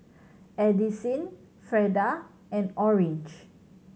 Addisyn Freda and Orange